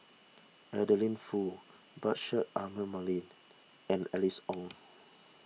Adeline Foo Bashir Ahmad Mallal and Alice Ong